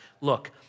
look